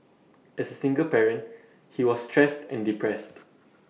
as A single parent he was stressed and depressed